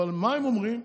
אבל מה הם אומרים?